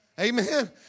Amen